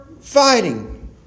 fighting